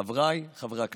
חבריי חברי הכנסת,